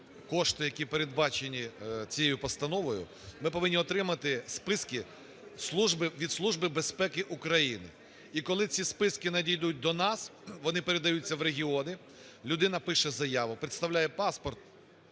кошти, які передбачені цією постановою, ми повинні отримати списки від Служби безпеки України. І коли ці списки надійдуть до нас, вони передаються в регіони, людина пише заяву, представляє паспорт